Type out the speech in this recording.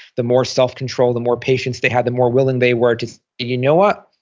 the more self-control, the more patience they had, the more willing they were to say you know what?